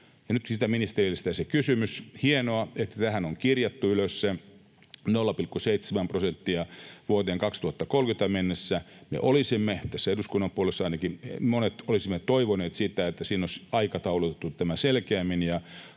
nyt sitten ministerille esitetään se kysymys: Hienoa, että tähän on kirjattu ylös se 0,7 prosenttia vuoteen 2030 mennessä. Me olisimme tässä eduskunnan puolesta, ainakin monet, toivoneet sitä, että siinä olisi aikataulutettu tämä selkeämmin,